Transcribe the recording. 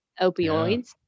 opioids